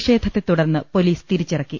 ഷേധത്തെതുടർന്ന് police തിരിച്ചിറക്കി